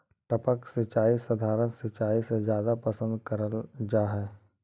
टपक सिंचाई सधारण सिंचाई से जादा पसंद करल जा हे